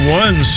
one